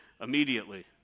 immediately